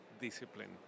discipline